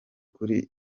kuri